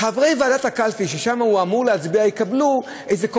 חברי ועדת הקלפי שבה הוא אמור להצביע יקבלו איזו כוכבית: